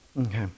Okay